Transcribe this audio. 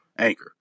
Anchor